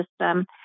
system